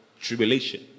tribulation